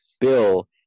bill